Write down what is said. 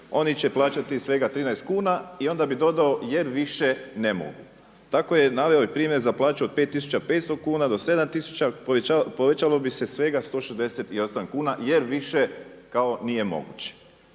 oni će plaćati svega 13 kuna. I onda bih dodao jer više ne mogu. Tako je naveo i primjer za plaću od 5500 kuna do 7000, povećalo bi se svega 168 kuna jer više kao nije moguće.